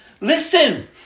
Listen